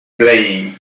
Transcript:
playing